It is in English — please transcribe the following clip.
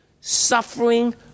suffering